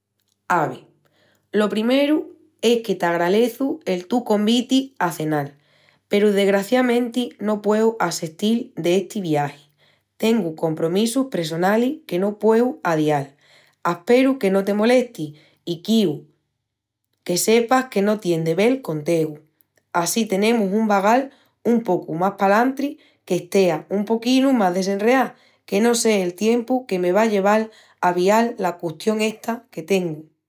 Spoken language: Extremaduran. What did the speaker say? Ave, lo primeru es que t'agraleçu el tu conviti a cenal. Peru, desgraciámenti, no pueu assestil d'esti viagi. Tengu compromissus pressonalis que no pueu adial. Asperu que no te molesti i quiu que sepas que no tien de vel con tegu. Á si tenemus un vagal un pocu más palantri que estea un poquinu más desenreá, que no sé el tiempu que me va a lleval avial la custión esta que tengu.